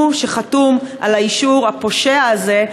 הוא שחתום על האישור הפושע הזה,